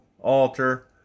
altar